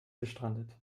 gestrandet